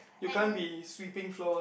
you can't be sweeping floors